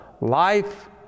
life